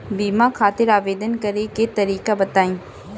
बीमा खातिर आवेदन करे के तरीका बताई?